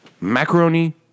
macaroni